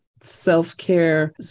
self-care